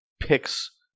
picks